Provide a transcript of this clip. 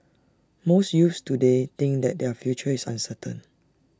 most youths today think that their future is uncertain